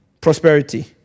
prosperity